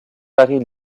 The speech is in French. paris